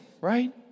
right